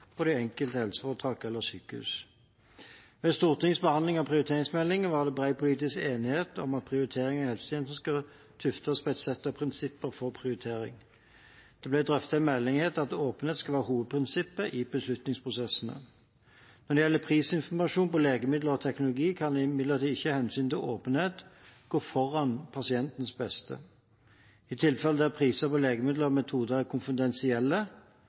på det enkelte helseforetak eller sykehus. Ved Stortingets behandling av prioriteringsmeldingen var det bred politisk enighet om at prioriteringene i helsetjenesten skal tuftes på et sett av prinsipper for prioritering, og at åpenhet skulle være hovedprinsippet i beslutningsprosessene. Når det gjelder prisinformasjon om legemidler og teknologi, kan imidlertid ikke hensynet til åpenhet gå foran pasientens beste. I tilfeller der priser på legemidler og metoder er konfidensielle,